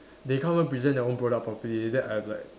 they can't even present their own product properly then I'm like